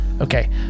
Okay